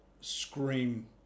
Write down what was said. scream